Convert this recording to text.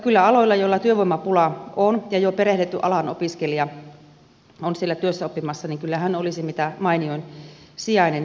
jos alalla on työvoimapula ja jos siellä jo perehdytetty alan opiskelija on työssäoppimassa niin kyllä hän olisi mitä mainioin sijainen